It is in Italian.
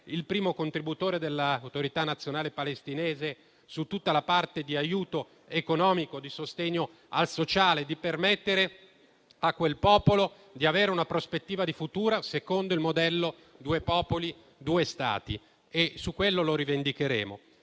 il primo contributore dell'Autorità nazionale palestinese su tutta la parte di aiuto economico e di sostegno al sociale, per permettere a quel popolo di avere una prospettiva di futuro secondo il modello due popoli, due Stati. A fianco ai temi del